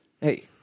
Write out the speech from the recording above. Hey